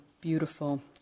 beautiful